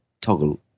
toggle